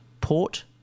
port